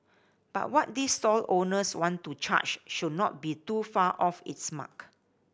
but what these stall owners want to charge should not be too far off its mark